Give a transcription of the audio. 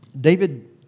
David